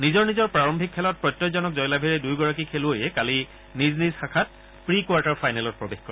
নিজৰ নিজৰ প্ৰাৰম্ভিক খেলত প্ৰত্যয়জনক জয়লাভেৰে দুয়োগৰাকী খেলুৱৈয়ে কালি নিজ নিজ শাখাত প্ৰি কোৱাৰ্টাৰ ফাইনেলত প্ৰৱেশ কৰে